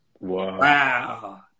Wow